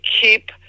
keep